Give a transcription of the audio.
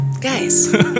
Guys